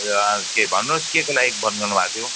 हजुर के भन्नुहोस् केको लागि फोन गर्नुभएको थियो